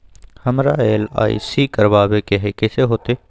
हमरा एल.आई.सी करवावे के हई कैसे होतई?